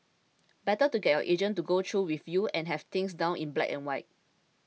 better to get your agent to go through with you and have things down in black and white